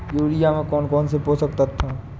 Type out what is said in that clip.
Urea में कौन कौन से पोषक तत्व है?